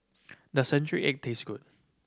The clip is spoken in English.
the century egg taste good